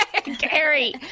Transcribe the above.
Gary